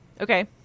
Okay